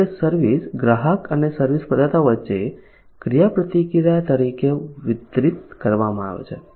કારણ કે સર્વિસ ગ્રાહક અને સર્વિસ પ્રદાતા વચ્ચે ક્રિયાપ્રતિક્રિયા તરીકે વિતરિત કરવામાં આવે છે